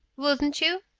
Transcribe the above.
wouldn't you?